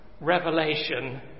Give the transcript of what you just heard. revelation